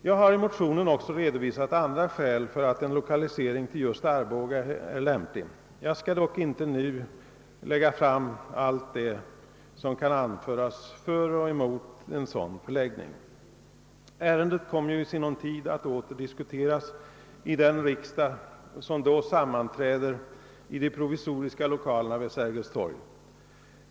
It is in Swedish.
Jag har i motionen också redovisat andra skäl för att en lokalisering till just Arboga är lämplig. Jag skall dock inte nu lägga fram de skäl som kan anföras för och emot en sådan förläggning. Ärendet kommer i sinom tid att diskuteras i den riksdag som sedermera kommer att sammanträda i de provisoriska lokalerna vid Sergels torg.